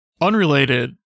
Unrelated